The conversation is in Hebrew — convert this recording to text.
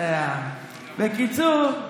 בקיצור,